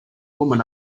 woman